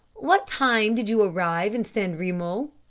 what time did you arrive in san remo?